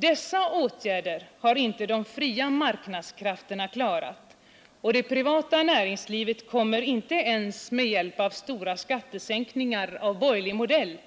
Dessa åtgärder har inte de fria marknadskrafterna klarat, och det privata näringslivet kommer inte ens med hjälp av stora skattesänkningar av borgerlig modell